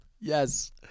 Yes